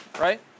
right